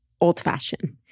old-fashioned